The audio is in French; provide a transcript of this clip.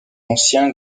ancien